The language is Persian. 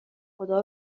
خدا